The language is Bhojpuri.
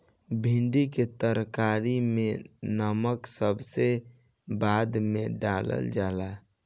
भिन्डी के तरकारी में नमक सबसे बाद में डालल जाला